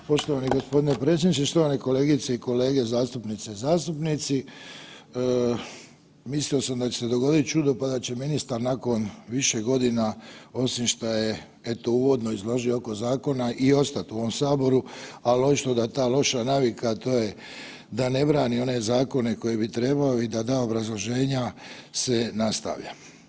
E, poštovani gospodine predsjedniče, štovane kolegice i kolege zastupnice i zastupnici mislio sam da će se dogoditi čudo pa da će ministar nakon više godina osim šta je eto uvodno izložio oko zakona i ostati u ovom saboru, ali očito da ta loša navika, a to je da ne brani one zakone koje bi trebao i da da obrazloženja se nastavlja.